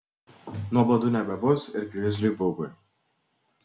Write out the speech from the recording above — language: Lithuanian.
nuobodu nebebus ir grizliui bugui